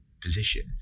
position